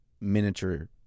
miniature